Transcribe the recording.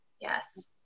Yes